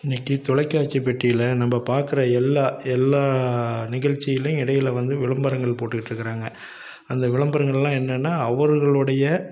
இன்றைக்கி தொலைக்காட்சி பெட்டியில் நம்ம பார்க்குற எல்லா எல்லா நிகழ்ச்சியிலையும் இடையில வந்து விளம்பரங்கள் போட்டுக்கிட்டு இருக்கிறாங்க அந்த விளம்பரங்கள்லாம் என்னென்னா அவர்களுடைய